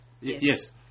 Yes